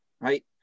right